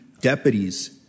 deputies